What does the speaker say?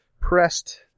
pressed